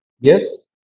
yes